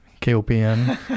K-O-P-N